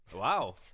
Wow